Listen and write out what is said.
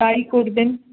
তাই করবেন